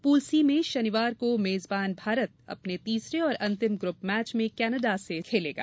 pool C में शनिवार को मेजबान भारत का अपने तीसरे और अंतिम ग्रूप मैच में कनाडा से सामना होगा